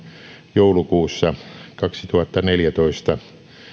joulukuussa kaksituhattaneljätoista